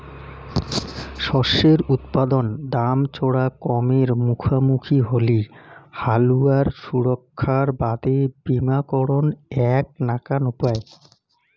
শস্যের উৎপাদন দাম চরা কমের মুখামুখি হলি হালুয়ার সুরক্ষার বাদে বীমাকরণ এ্যাক নাকান উপায়